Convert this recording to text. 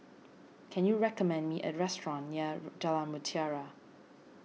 can you recommend me a restaurant near Jalan Mutiara